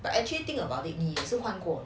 but actually think about it 你是换过